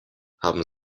haben